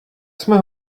jsme